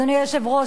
אדוני היושב-ראש,